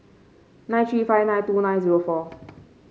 nine three five nine two nine zero four